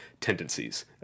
tendencies